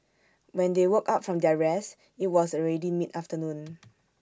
when they woke up from their rest IT was already mid afternoon